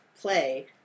Play